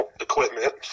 equipment